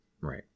right